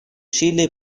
чили